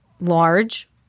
large